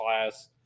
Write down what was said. class